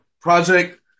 Project